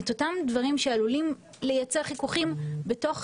את אותם דברים שעלולים לייצר חיכוכים בתוך